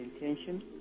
intention